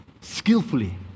skillfully